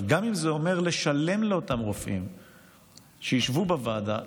גם אם זה אומר לשלם לאותם רופאים שישבו בוועדה,